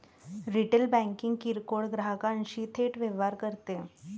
retail banking किरकोळ ग्राहकांशी थेट व्यवहार करते